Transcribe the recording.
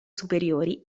superiori